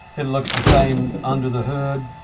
it looks the same under the hood.